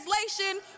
Translation